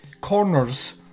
corners